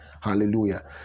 Hallelujah